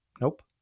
Nope